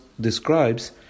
describes